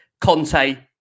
Conte